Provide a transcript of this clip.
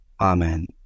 Amen